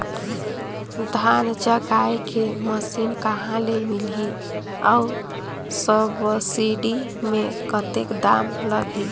धान जगाय के मशीन कहा ले मिलही अउ सब्सिडी मे कतेक दाम लगही?